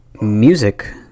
music